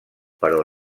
però